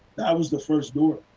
that was the first door.